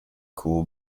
cool